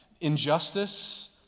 Injustice